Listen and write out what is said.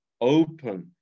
open